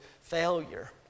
failure